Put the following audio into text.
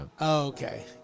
Okay